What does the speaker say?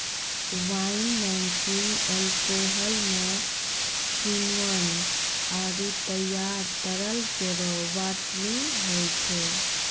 wine making alcohol म किण्वन आरु तैयार तरल केरो बाटलिंग होय छै